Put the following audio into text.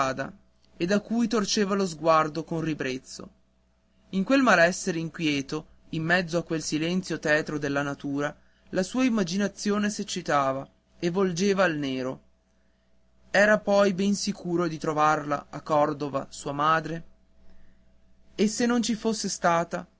e da cui torceva lo sguardo con ribrezzo in quel malessere inquieto in mezzo a quel silenzio tetro della natura la sua immaginazione s'eccitava e volgeva al nero era poi ben sicuro di trovarla a cordova sua madre e se non ci fosse stata